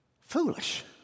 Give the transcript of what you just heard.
foolish